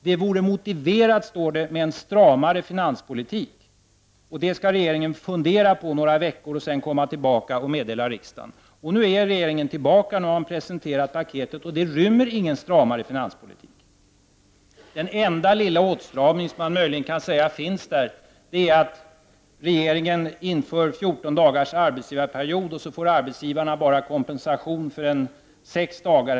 Det vore motiverat, står det, med en stramare finanspolitik. Det skall regeringen fundera på under några veckor och sedan komma tillbaka och meddela riksdagen. Nu är regeringen tillbaka. Nu har man presenterat paketet, och det rymmer ingen stramare finanspolitik. Den enda lilla åstramning som man möjligen kan säga finns där är att regeringen inför 14 dagars arbetsgivareperiod och arbetsgivarna bara får kompensation för ungefär 6 dagar.